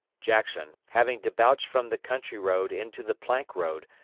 jackson, having debouched from the country road into the plank road,